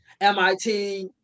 MIT